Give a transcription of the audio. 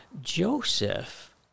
joseph